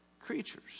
creatures